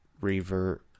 revert